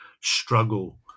struggle